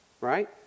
Right